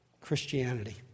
Christianity